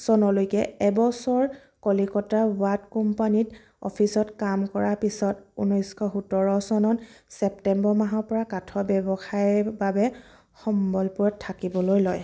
চনলৈকে এবছৰ কলিকতা ৱাৰ্ড কোম্পানীত অফিচত কাম কৰা পিছত ঊনৈছশ সোতৰ চনত ছেপ্টেম্বৰ মাহৰ পৰা কাঠৰ ব্যৱসায় বাবে সম্বলপুৰত থাকিবলৈ লয়